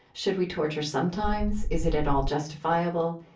should we torture sometimes? is it at all justifiable?